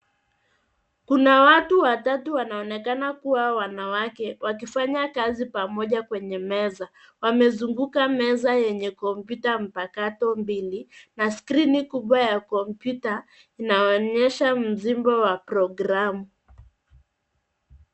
Kuna watu watatu wanaonekana kuwa wanawake wakifanya kazi pamoja kwenye meza. Wamezunguka meza yenye kompyuta mpakato mbili, na skrini kubwa ya kompyuta inayoonyesha mzimbo wa programu.